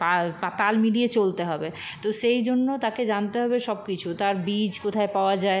তাল মিলিয়ে চলতে হবে তো সেই জন্য তাকে জানতে হবে সব কিছু তার বীজ কোথায় পাওয়া যায়